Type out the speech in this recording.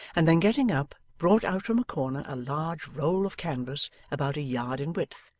and then getting up, brought out from a corner a large roll of canvas about a yard in width,